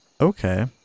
Okay